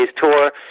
tour